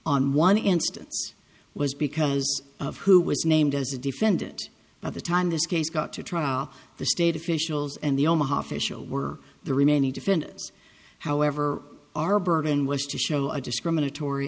instance was because of who was named as a defendant by the time this case got to trial the state officials and the omaha official were the remaining defendants however our burden was to show a discriminatory